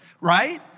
Right